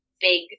big